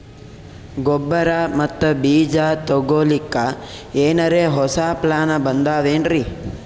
ಗೊಬ್ಬರ ಮತ್ತ ಬೀಜ ತೊಗೊಲಿಕ್ಕ ಎನರೆ ಹೊಸಾ ಪ್ಲಾನ ಬಂದಾವೆನ್ರಿ?